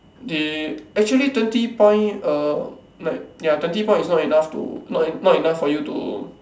they actually twenty point uh like ya twenty point is not enough to not not enough for you to